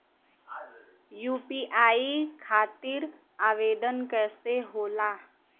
UPI खातिर आवेदन कैसे होला?